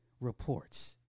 reports